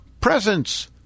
presents